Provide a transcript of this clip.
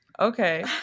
okay